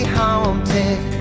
haunted